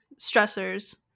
stressors